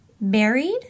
buried